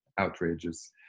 outrageous